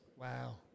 Wow